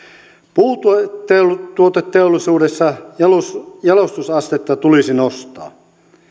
puutuoteteollisuudessa jalostusasetetta tulisi nostaa